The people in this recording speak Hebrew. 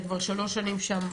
כי את כבר שלוש שנים שם,